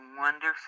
wonderful